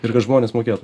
ir kad žmonės mokėtų